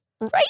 Right